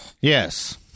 Yes